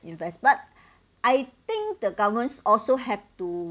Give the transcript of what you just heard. invest but I think the governments also have to